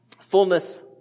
fullness